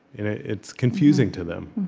it's confusing to them